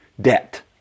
debt